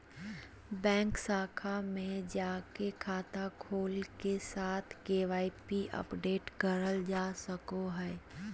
bank शाखा में जाके खाता खोले के साथ के.वाई.सी अपडेट करल जा सको हय